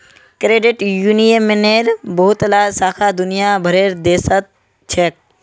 credit यूनियनेर बहुतला शाखा दुनिया भरेर देशत छेक